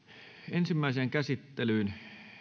ensimmäiseen käsittelyyn